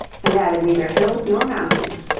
and added neither hills nor mountains.